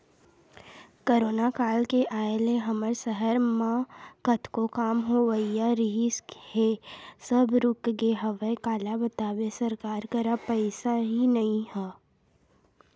corona काल के आय ले हमर सहर मन म कतको काम होवइया रिहिस हे सब रुकगे हवय काला बताबे सरकार करा पइसा ही नइ ह